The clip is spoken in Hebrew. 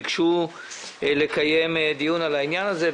ביקשו לקיים דיון על העניין הזה.